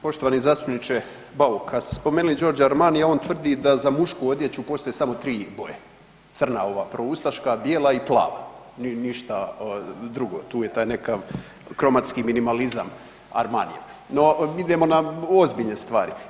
Poštovani zastupniče Bauk, kad ste spomenuli Giorgio Armanija, on tvrdi da za mušku odjeću postoje samo tri boje, crna ova proustaška, bijela i plava i ništa drugo, tu je taj neki kromatski minimalizam Armanijev. no idemo na ozbiljne stvari.